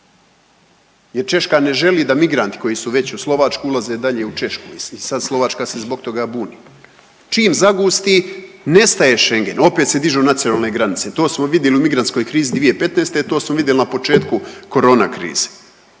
jer Češka ne želi da migranti koji su već u Slovačkoj ulaze dalje u Češku i sad Slovačka se zbog toga buni? Čim zagusti nestaje Schengen opet se dižu nacionalne granice, to smo vidjeli u migrantskoj krizi 2015., to smo vidjeli na početku korona krize.